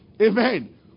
Amen